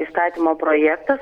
įstatymo projektas